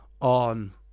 on